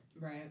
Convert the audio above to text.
Right